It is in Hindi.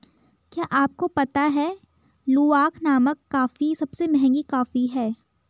क्या आपको पता है लूवाक नामक कॉफ़ी सबसे महंगी कॉफ़ी है?